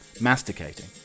masticating